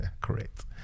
Correct